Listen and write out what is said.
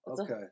okay